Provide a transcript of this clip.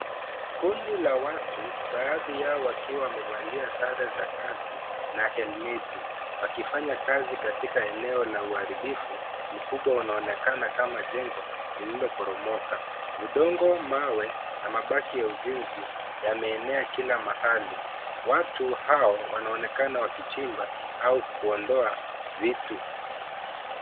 Kundi la watu, baadhi yao wakiwa wamevalia sare za kazi na helmet , wakifanya kazi katika eneo la uharibifu mkubwa. Unaonekana kama jengo lililo poromoka. Udongo, mawe na mabaki ya ujenzi yameenea kila mahali. Watu hao wanaonekana wakichimba au kuondoa vitu.